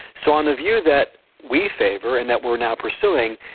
so on the view that we favour, and that we're now pursuing,